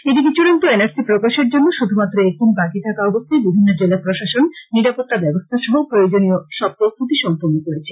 এদিকে চড়ান্ত N R C প্রকাশের জন্য শুধুমাত্র একদিন বাকী থাকা অবস্থায় বিভিন্ন জেলা প্রশাসন নিরাপত্তা ব্যবস্থা সহ প্রয়োজনীয় সব প্রস্তুতি সম্পূর্ন করেছে